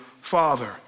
father